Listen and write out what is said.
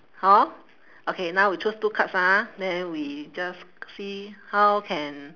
hor okay now we choose two cards ah then we just see how can